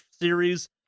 series